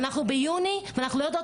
אנחנו ביוני ואנחנו לא יודעות,